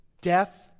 death